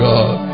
God